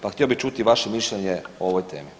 Pa htio bi čuti vaše mišljenje o ovoj temi.